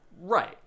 Right